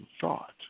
thought